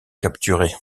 capturer